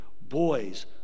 boys